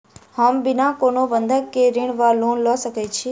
हम बिना कोनो बंधक केँ ऋण वा लोन लऽ सकै छी?